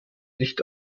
nicht